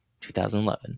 2011